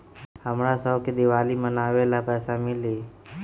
हमरा शव के दिवाली मनावेला पैसा मिली?